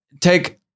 take